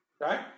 right